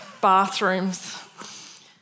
bathrooms